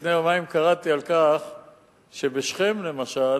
לפני יומיים קראתי על כך שבשכם, למשל,